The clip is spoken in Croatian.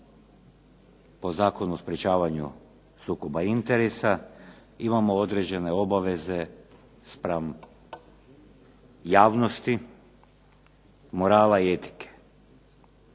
po Zakonu o sprečavanju sukoba interesa imamo određene obaveze spram javnosti, morala i etike.